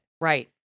Right